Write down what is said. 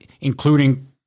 including